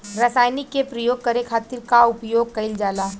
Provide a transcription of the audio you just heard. रसायनिक के प्रयोग करे खातिर का उपयोग कईल जाला?